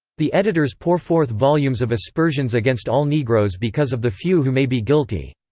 the editors pour forth volumes of aspersions against all negroes because of the few who may be guilty.